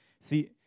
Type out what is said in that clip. See